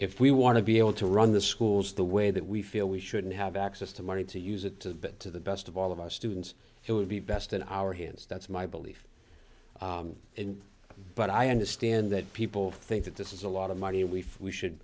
if we want to be able to run the schools the way that we feel we shouldn't have access to money to use it to the best of all of our students it would be best in our hands that's my belief in but i understand that people think that this is a lot of money and we should